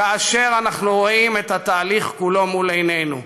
כאשר אנחנו רואים את התהליך כולו מול עינינו?